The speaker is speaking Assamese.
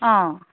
অঁ